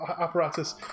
apparatus